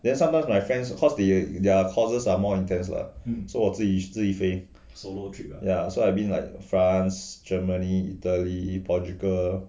then sometimes my friends cause they their causes are more intense lah so 我自己自己飞 ya so I been like france germany italy portugal